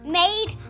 made